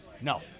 No